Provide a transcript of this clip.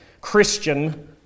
Christian